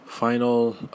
final